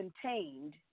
contained